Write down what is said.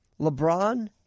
LeBron